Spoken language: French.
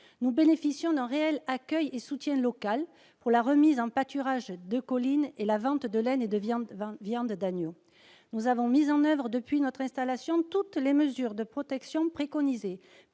Nous bénéficions d'un réel accueil et soutien local pour la remise en pâturage de collines et la vente de laine et de viande d'agneau. Nous avons mis en oeuvre, depuis notre installation, toutes les mesures de protection préconisées